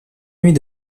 nuit